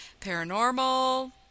paranormal